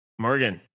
Morgan